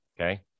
Okay